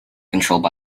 controlled